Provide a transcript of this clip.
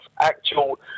actual